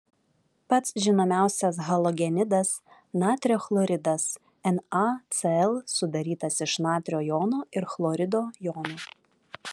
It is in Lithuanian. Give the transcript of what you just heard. pats žinomiausias halogenidas natrio chloridas nacl sudarytas iš natrio jono ir chlorido jono